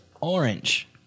orange